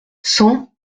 cent